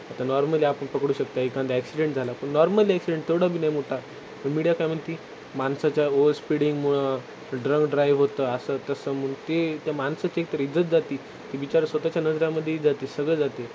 आता नॉर्मली आपण पकडू शकता एखादा ॲक्सिडेंट झाला पण नॉर्मल ॲक्सिडेंट तेवढा बी नाही मोठा पण मीडिया काय म्हणते माणसाच्या ओवरस्पीडिंगमुळं ड्रंक ड्राईव्ह होतं असं तसं म्हणजे ते त्या माणसाची एकतर इज्जत जाते की बिचारं स्वतःच्या नजरेमध्येही जाते सगळं जाते